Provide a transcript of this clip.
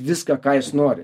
viską ką jis nori